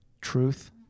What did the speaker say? Truth